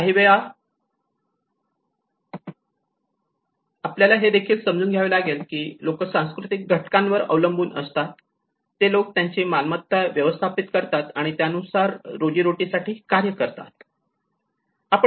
काही वेळा आपल्याला हे देखील समजून घ्यावे लागेल की लोक सांस्कृतिक घटकांवर अवलंबून असतात ते लोक त्यांची मालमत्ता व्यवस्थापित करतात आणि त्यानुसार त्यांच्या रोजीरोटीसाठी कार्य करतात